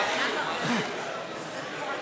אתה מאכיל, מאכיל.